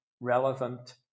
relevant